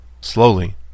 Slowly